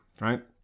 right